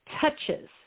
touches